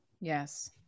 Yes